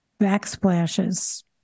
backsplashes